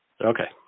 Okay